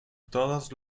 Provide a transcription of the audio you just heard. todos